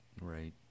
Right